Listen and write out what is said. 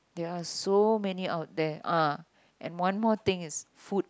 there are so many out there ah and one more thing is food